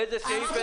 איזה סעיף?